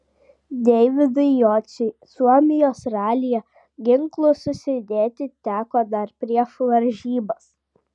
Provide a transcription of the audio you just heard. deividui jociui suomijos ralyje ginklus susidėti teko dar prieš varžybas